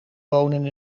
wonen